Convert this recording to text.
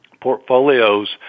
portfolios